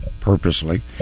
purposely